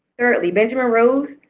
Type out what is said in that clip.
currently, benjamin rose,